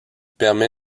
permet